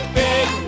big